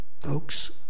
folks